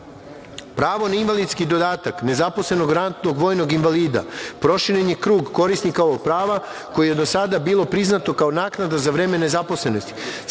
pravo. Pravo na invalidski dodatak nezaposlenog ratnog vojnog invalida proširen je krug korisnika ovog prava koji je do sada bilo priznato kao naknada za vreme nezaposlenosti